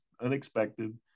unexpected